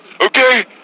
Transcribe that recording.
okay